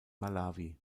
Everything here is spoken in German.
malawi